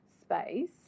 space